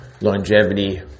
longevity